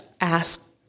ask